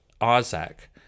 Isaac